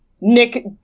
Nick